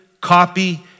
copy